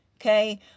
okay